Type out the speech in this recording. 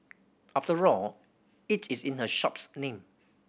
after all it is in her shop's name